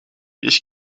ich